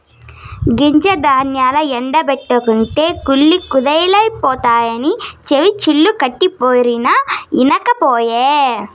గింజ ధాన్యాల్ల ఎండ బెట్టకుంటే కుళ్ళి కుదేలైతవని చెవినిల్లు కట్టిపోరినా ఇనకపాయె